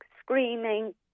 screaming